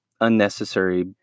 unnecessary